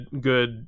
good